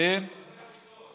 בוא נדבר עובדות, אדוני השר.